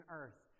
earth